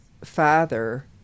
Father